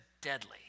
deadly